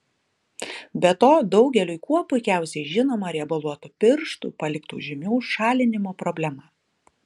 be to daugeliui kuo puikiausiai žinoma riebaluotų pirštų paliktų žymių šalinimo problema